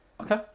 Okay